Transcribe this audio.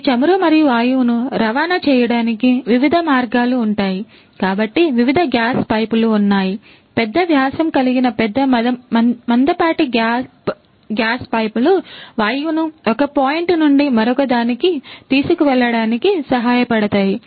ఆ చమురు మరియు వాయువును రవాణా చేయడానికి వివిధ మార్గాలు ఉంటాయి కాబట్టి వివిధ గ్యాస్ పైపులు ఉన్నాయిపెద్ద వ్యాసం కలిగిన పెద్ద మందపాటి గ్యాప్ గ్యాస్ పైపులు వాయువును ఒక పాయింట్ నుండి మరొకదానికి తీసుకువెళ్ళడానికి సహాయపడతాయి